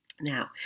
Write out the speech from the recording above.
Now